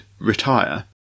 retire